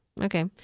Okay